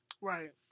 Right